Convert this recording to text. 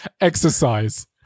Exercise